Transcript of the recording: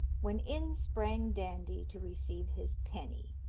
when in sprang dandie to receive his penny.